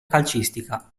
calcistica